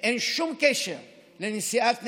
אין שום קשר לנשיאת נשק,